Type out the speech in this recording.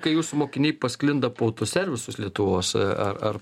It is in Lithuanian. kai jūsų mokiniai pasklinda po autoservisus lietuvos ar ar